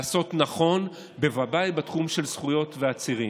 לעשות נכון, בוודאי בתחום של זכויות ועצירים.